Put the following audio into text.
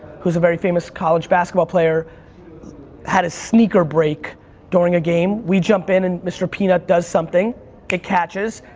who's a very famous college basketball player had a sneaker break during a game, we jump in and mr. peanut does something, it catches,